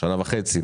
שנה וחצי,